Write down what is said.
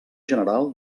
general